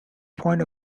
point